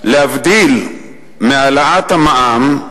להבדיל מהעלאת המע"מ,